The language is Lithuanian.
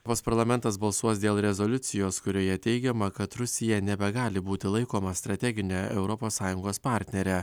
vos parlamentas balsuos dėl rezoliucijos kurioje teigiama kad rusija nebegali būti laikoma strategine europos sąjungos partnere